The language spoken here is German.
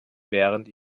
während